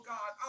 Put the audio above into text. God